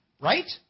right